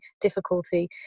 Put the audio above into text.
difficulty